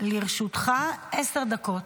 לרשותך עשר דקות.